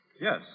Yes